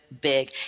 big